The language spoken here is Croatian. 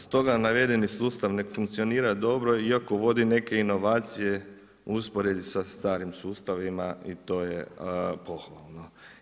Stoga navedeni sustav ne funkcionira dobro iako vodi neke inovacije u usporedbi sa starim sustavima i to je pohvalno.